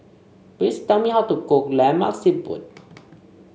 please tell me how to cook Lemak Siput